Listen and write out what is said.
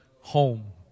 home